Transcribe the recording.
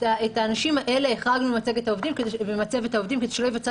את האנשים האלה החרגנו ממצבת העובדים כדי שלא ייווצר